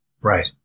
Right